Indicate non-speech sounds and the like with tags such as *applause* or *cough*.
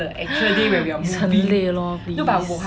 *breath* 很累的 lor please